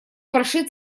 прошит